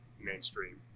mainstream